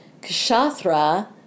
Kshatra